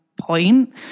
point